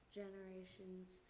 generations